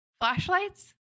flashlights